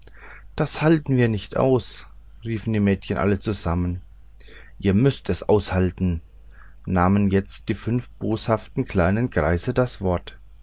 das halten wir nicht aus riefen die mädchen alle zusammen ihr müßt es aushalten nahmen jetzt die fünf boshaften kleinen greise das wort